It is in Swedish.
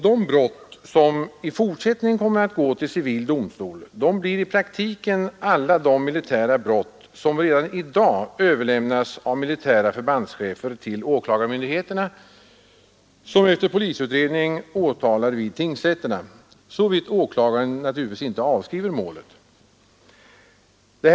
De brott som i fortsättningen kommer att gå till civil domstol blir i praktiken alla de militära brott som redan i dag överlämnas av militära förbandschefer till åklagarmyndigheterna, som efter polisutredning åtalar vid tingsrätterna — såvida åklagaren inte avskriver målet.